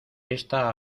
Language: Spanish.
esta